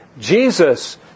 Jesus